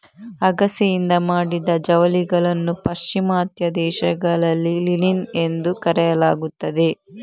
ಅಗಸೆಯಿಂದ ಮಾಡಿದ ಜವಳಿಗಳನ್ನು ಪಾಶ್ಚಿಮಾತ್ಯ ದೇಶಗಳಲ್ಲಿ ಲಿನಿನ್ ಎಂದು ಕರೆಯಲಾಗುತ್ತದೆ